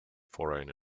foreign